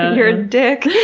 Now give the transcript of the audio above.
you're a dick!